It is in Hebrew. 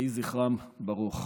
יהי זכרם ברוך.